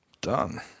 Done